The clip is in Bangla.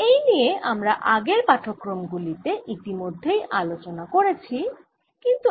এই নিয়ে আমরা আগের পাঠক্রম গুলি তে ইতিমধ্যেই আলোচনা করেছি কিন্তু এখন আবার এই নিয়ে বিশদে কথা বলব